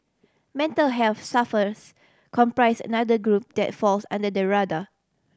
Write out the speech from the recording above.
mental health suffers comprise another group that falls under the radar